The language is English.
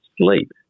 sleep